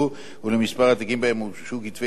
התיקים שבהם הוגשו כתבי-אישום באותה שנה.